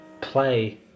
play